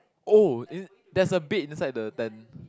oh in there's a bed inside the tent